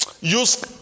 use